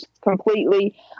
completely